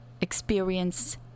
experience—